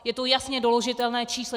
Je to jasně doložitelné číslo.